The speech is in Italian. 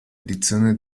edizione